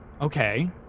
Okay